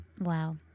Wow